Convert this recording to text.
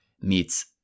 meets